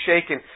shaken